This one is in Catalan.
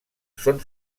són